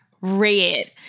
red